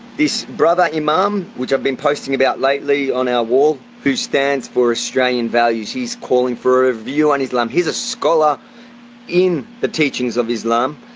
this brother, imam, who i've been posting about lately on our wall who stands for australian values, he's calling for a review on islam. he's a scholar in the teachings of islam,